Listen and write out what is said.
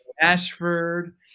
Ashford